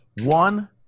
one